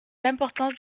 l’importance